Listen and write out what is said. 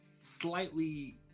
slightly